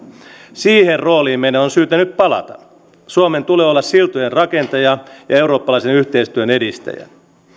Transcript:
siihen rooliin meidän on syytä nyt palata suomen tulee olla siltojen rakentaja ja eurooppalaisen yhteistyön edistäjä